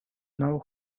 know